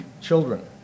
children